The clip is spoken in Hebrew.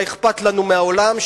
מה אכפת לנו מהעולם,